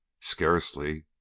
Scarcely